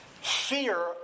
fear